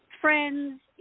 Friends